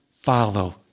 follow